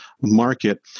market